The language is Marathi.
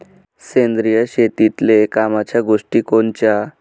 सेंद्रिय शेतीतले कामाच्या गोष्टी कोनच्या?